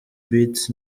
beatz